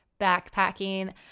backpacking